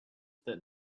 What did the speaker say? that